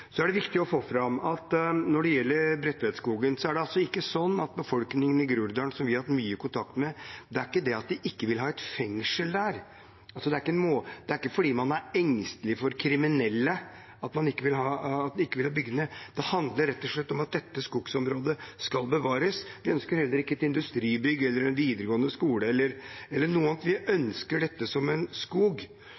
Så er det viktig å få fram at når det gjelder Bredtvetskogen, er det ikke slik at befolkningen i Groruddalen, som vi har hatt mye kontakt med, ikke vil ha et fengsel der. Det er ikke fordi man er engstelig for kriminelle at man ikke vil ha bygging der. Det handler om at dette skogsområdet skal bevares. Vi ønsker heller ikke et industribygg eller en videregående skole eller noe annet. Vi ønsker dette som en skog. Vi ønsker ikke at det skal bygges ned. Så det er viktig å få fram det perspektivet at når vi